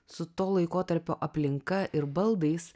su to laikotarpio aplinka ir baldais